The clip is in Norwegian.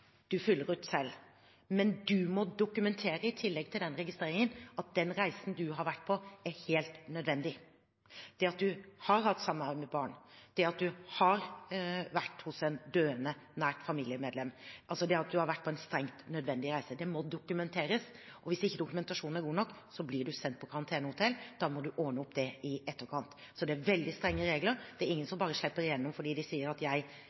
Du fyller ut selv, men du må dokumentere, i tillegg til den registreringen, at den reisen du har vært på, er helt nødvendig – det at du har hatt samvær med barn, det at du har vært hos et nært familiemedlem som er døende. Det at du har vært på en strengt nødvendig reise, må dokumenteres. Hvis dokumentasjonen ikke er god nok, blir du sendt på karantenehotell. Da må du ordne opp det i etterkant. Det er veldig strenge regler. Det er ingen som bare slipper gjennom fordi de sier at